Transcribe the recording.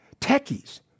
techies